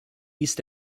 east